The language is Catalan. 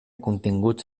continguts